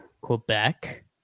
Quebec